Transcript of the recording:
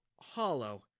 hollow